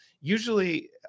Usually